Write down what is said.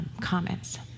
comments